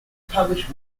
published